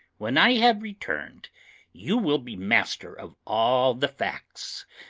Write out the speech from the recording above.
when i have returned you will be master of all the facts,